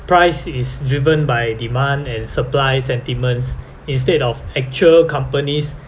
price is driven by demand and supply sentiments instead of actual companies'